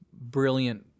brilliant